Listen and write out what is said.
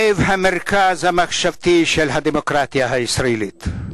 לב המרכז המחשבתי של הדמוקרטיה הישראלית.